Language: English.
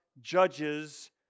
judges